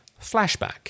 flashback